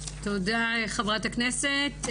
תודה, חברת הכנסת.